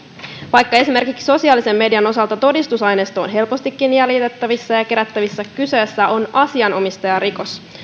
vaikka esimerkiksi sosiaalisen median osalta todistusaineisto on helpostikin jäljitettävissä ja kerättävissä kyseessä on asianomistajarikos